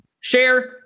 Share